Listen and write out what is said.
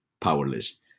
powerless